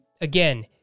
Again